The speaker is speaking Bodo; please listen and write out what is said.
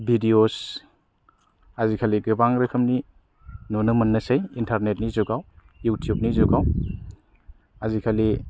बिदिअस आजि कालि गोबां रोखोमनि नुनो मोनसै इन्टारनेट नि जुगाव इउटुब नि जुगाव आजि खालि